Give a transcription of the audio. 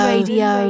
Radio